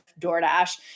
DoorDash